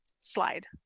Slide